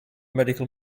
medical